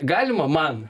galima man